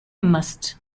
must